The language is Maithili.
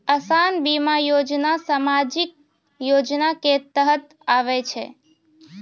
असान बीमा योजना समाजिक योजना के तहत आवै छै